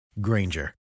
Granger